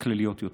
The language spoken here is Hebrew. כלליות יותר,